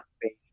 based